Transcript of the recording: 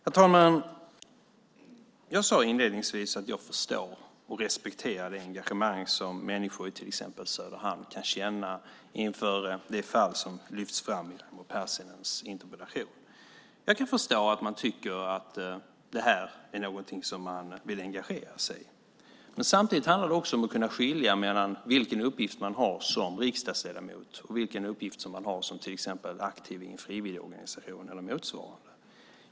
Herr talman! Jag sade inledningsvis att jag förstår och respekterar det engagemang som människor i till exempel Söderhamn kan känna inför det fall som lyfts fram i Raimo Pärssinens interpellation. Jag kan förstå att man tycker att det är någonting som man vill engagera sig i. Men samtidigt handlar det om att kunna skilja mellan vilken uppgift man har som riksdagsledamot och vilken uppgift man har som till exempel aktiv i en frivilligorganisation eller motsvarande.